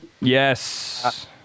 Yes